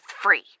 free